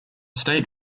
state